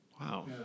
Wow